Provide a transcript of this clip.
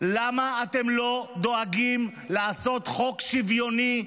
למה אתם לא דואגים לעשות חוק שוויוני,